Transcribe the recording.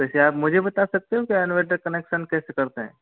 वैसे आप मुझे बता सकते हो कि क्या इन्वर्टर कनेक्शन कैसे करते हैं